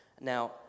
Now